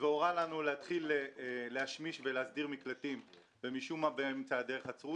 והורה לנו להתחיל להשמיש ולהסדיר מקלטים ומשום מה באמצע הדרך עצרו;